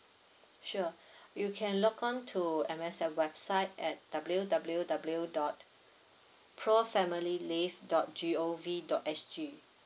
sure you can log on to M_S_F website at W W W dot pro family leave dot G O V dot S G